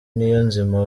niyonzima